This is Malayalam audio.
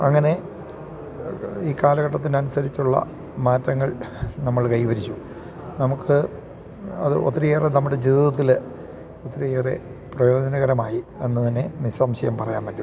അങ്ങനെ ഈ കാലഘട്ടത്തിന് അനുസരിച്ചുള്ള മാറ്റങ്ങൾ നമ്മൾ കൈവരിച്ചു നമുക്ക് അത് ഒത്തിരിയേറെ നമ്മുടെ ജീവിതത്തിൽ ഒത്തിരിയേറെ പ്രയോജനകരമായി എന്നു തന്നെ നിസംശയം പറയാൻ പറ്റും